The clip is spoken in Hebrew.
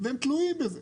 והם תלויים בזה.